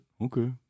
okay